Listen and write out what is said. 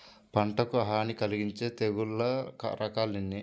పంటకు హాని కలిగించే తెగుళ్ళ రకాలు ఎన్ని?